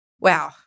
wow